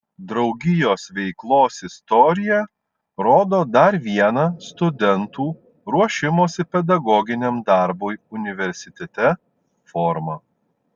draugijos veiklos istorija rodo dar vieną studentų ruošimosi pedagoginiam darbui universitete formą